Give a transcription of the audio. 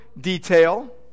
detail